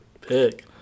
pick